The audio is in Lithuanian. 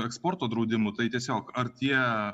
eksporto draudimų tai tiesiog ar tie